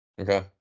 Okay